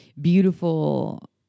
beautiful